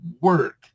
work